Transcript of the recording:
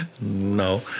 No